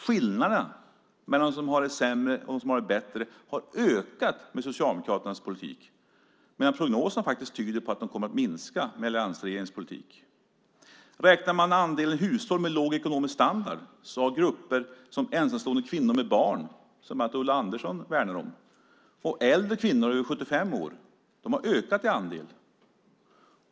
Skillnaderna mellan dem som har det sämre och dem som har det bättre har ökat med socialdemokratisk politik, medan prognoserna tyder på att de kommer att minska med alliansregeringens politik. Räknar man andelen hushåll med låg ekonomisk standard har grupper som ensamstående kvinnor med barn, som bland andra Ulla Andersson värnar, och äldre kvinnor över 75 år ökat i andel.